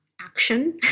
action